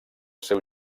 seu